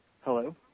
Hello